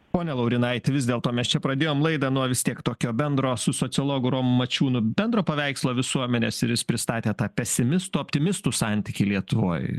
pone laurinaiti vis dėlto mes čia pradėjom laidą nuo vis tiek tokio bendro su sociologu romu mačiūnu bendro paveikslo visuomenės ir jis pristatė tą pesimistų optimistų santykį lietuvoj